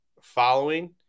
following